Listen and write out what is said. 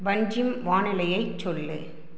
பஞ்சிம் வானிலையைச் சொல்லு